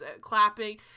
clapping